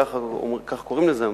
ככה קוראים לזה היום,